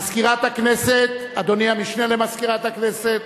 מזכירת הכנסת, אדוני, המשנה למזכירת הכנסת,